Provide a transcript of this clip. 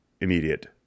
immediate